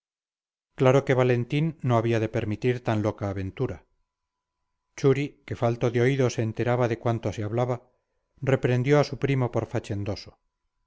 claro que valentín no había de permitir tan loca aventura churi que falto de oído se enteraba de cuanto se hablaba reprendió a su primo por fachendoso